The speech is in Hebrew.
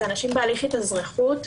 אנשים בהליך התאזרחות,